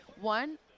one